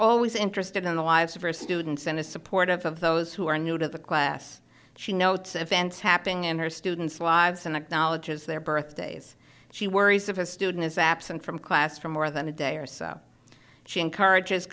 always interested in the lives of her students and is supportive of those who are new to the class she notes events happening in her students lives and knowledge is their birthdays she worries if a student is absent from class for more than a day or so she encourages